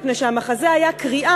מפני שהמחזה היה קריאה,